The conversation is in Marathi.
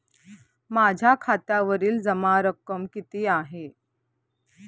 माझ्या खात्यावरील जमा रक्कम किती आहे?